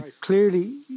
Clearly